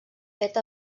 fet